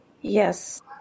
Yes